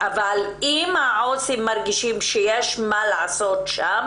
אבל אם העו"סים מרגישים שיש מה לעשות שם